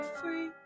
free